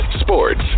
sports